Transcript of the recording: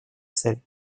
цели